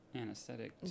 Anesthetic